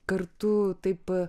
kartu taip